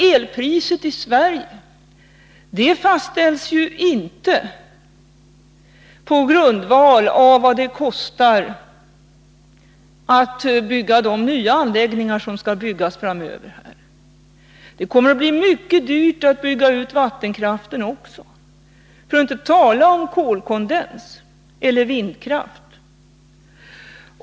Elpriset i Sverige fastställs ju inte på grundval av vad det kostar att bygga de nya anläggningar som framöver skall uppföras. Det kommer att bli mycket dyrt att bygga ut vattenkraft också, för att inte tala om kolkondens eller vindkraft.